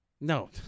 No